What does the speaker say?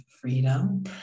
freedom